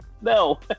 No